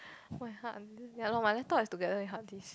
my hard I'm just ya lor my laptop is together with hard disk